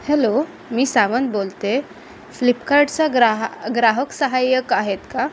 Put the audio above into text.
hello मी सावंत बोलते आहे फ्लिपकार्टच्या ग्राह ग्राहक सहाय्यक आहेत का